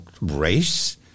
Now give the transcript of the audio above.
race